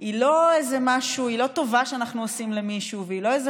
היא לא טובה שאנחנו עושים למישהו והיא לא איזה